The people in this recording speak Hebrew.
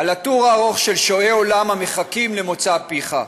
על הטור הארוך של שועי עולם המחכים למוצא פיך.